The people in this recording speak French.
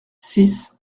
six